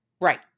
right